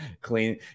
Clean